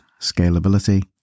scalability